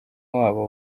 wabo